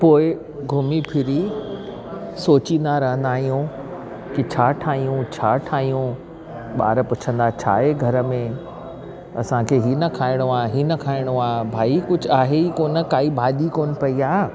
पोइ घुमी फिरी सोचिंदा रहंदा आहियूं की छा ठाहियूं छा ठाहियूं ॿार पुछंदा छा आहे घर में असांखे हीअ न खाइणो आहे असांखे हीअ न खाइणो आहे भाई कुझु आहे ई कोन्ह काई भाॼी कोन्ह पई आहे